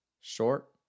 short